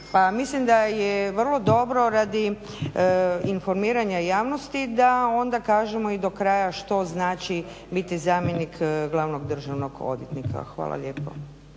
mislim da je vrlo dobro radi informiranja javnosti da onda kažemo i do kraja što znači biti zamjenik glavnog državnog odvjetnika. Hvala lijepo.